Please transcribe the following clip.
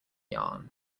yarn